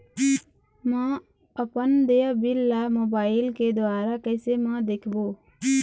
म अपन देय बिल ला मोबाइल के द्वारा कैसे म देखबो?